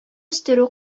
үстерү